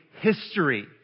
history